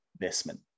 investment